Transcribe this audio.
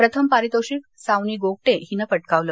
प्रथम पारितोषिक सावनी गोगटे हिनं पटकावले